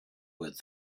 with